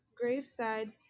graveside